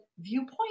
viewpoint